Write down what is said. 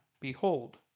behold